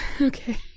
Okay